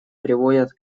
приводят